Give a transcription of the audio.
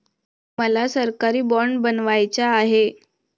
मला सरकारी बाँड बनवायचा आहे